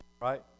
right